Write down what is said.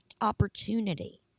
opportunity